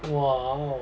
!wow!